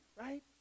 right